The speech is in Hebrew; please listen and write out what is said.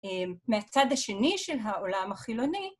מהצד השני של העולם החילוני.